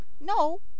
no